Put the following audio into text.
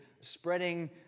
spreading